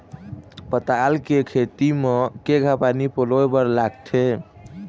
पताल के खेती म केघा पानी पलोए बर लागथे?